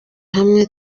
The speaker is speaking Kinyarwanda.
hamwe